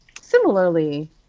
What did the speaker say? similarly